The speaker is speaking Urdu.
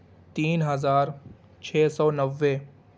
تین ہزار چھ سو نوے